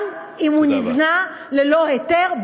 גם אם הוא נבנה ללא היתר,